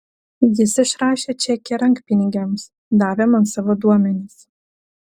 jis išrašė čekį rankpinigiams davė man savo duomenis